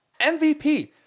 MVP